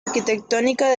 arquitectónica